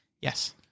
Yes